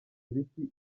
ibiti